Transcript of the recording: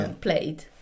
played